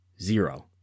Zero